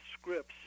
scripts